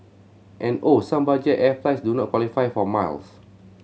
and oh some budget air flights do not qualify for miles